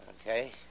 Okay